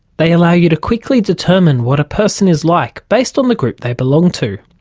they allow you to quickly determine what a person is like based on the group they belong to.